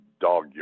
dog